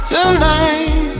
Tonight